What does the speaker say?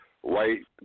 white